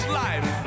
life